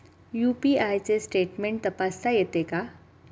UPI चे statement तपासता येते का?